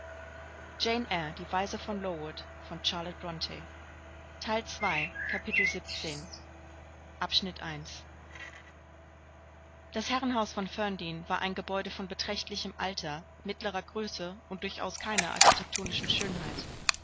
das herrenhaus von ferndean war ein gebäude von beträchtlichem alter mittlerer größe und durchaus keiner architektonischen schönheit